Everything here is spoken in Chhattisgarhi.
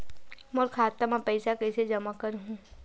मोर खाता म पईसा कइसे जमा करहु?